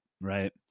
Right